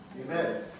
Amen